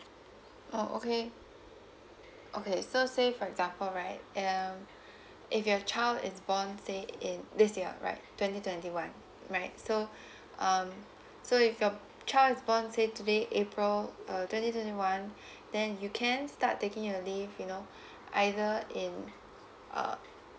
oh okay okay so say for example right um if your child is born say in this year right twenty twenty one right so um so if your child is born say today april uh twenty twenty one then you can start taking your leave you know either in uh